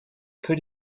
could